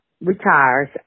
retires